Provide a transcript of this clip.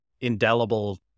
indelible